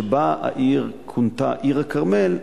שבו העיר כונתה "עיר הכרמל",